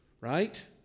right